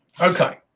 Okay